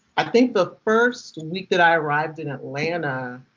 i think the first week that i arrived in atlanta,